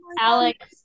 Alex